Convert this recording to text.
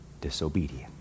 disobedience